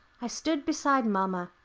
i stood beside mamma.